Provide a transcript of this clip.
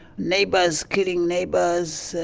neighbours killing neighbours,